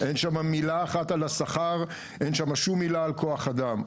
אין שם מילה אחת על השכר ואין שם שום מילה על כוח אדם.